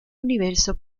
universo